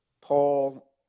Paul